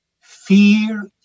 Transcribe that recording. fear